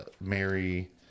Mary